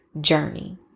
journey